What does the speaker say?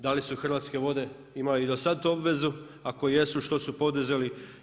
Da li su Hrvatske vode imale i do sad tu obvezu, ako jesu, što su poduzeli?